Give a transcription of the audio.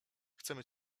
chcemy